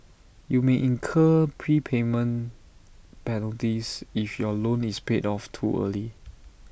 you may incur prepayment penalties if your loan is paid off too early